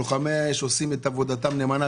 לוחמי האש עושים את עבודתם נאמנה,